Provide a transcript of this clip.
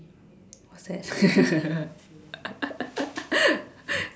what's that